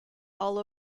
all